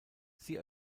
sie